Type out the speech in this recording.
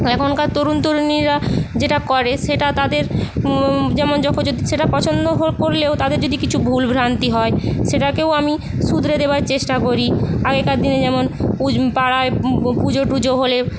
এখনকার তরুণ তরুণীরা যেটা করে সেটা তাদের সেটা পছন্দ করলেও তাদের যদি কিছু ভুল ভ্রান্তি হয় সেটাকেও আমি শুধরে দেওয়ার চেষ্টা করি আগেকার দিনে যেমন পাড়ায় পুজো টুজো হলে